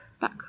Back